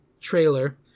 trailer